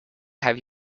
have